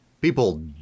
people